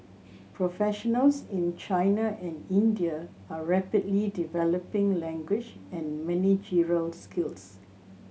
professionals in China and India are rapidly developing language and managerial skills